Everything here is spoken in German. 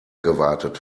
gewartet